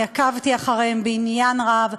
עקבתי אחריהם בעניין רב.